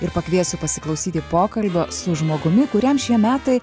ir pakviesiu pasiklausyti pokalbio su žmogumi kuriam šie metai